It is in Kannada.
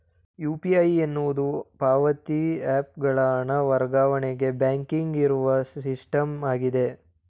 ಯು.ಪಿ.ಐ ಎನ್ನುವುದು ಪಾವತಿ ಹ್ಯಾಪ್ ಗಳ ಹಣ ವರ್ಗಾವಣೆಗೆ ಬ್ಯಾಂಕಿಂಗ್ ಇರುವ ಸಿಸ್ಟಮ್ ಆಗಿದೆ